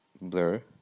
Blur